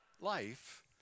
life